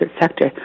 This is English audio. sector